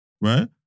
right